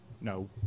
No